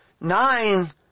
nine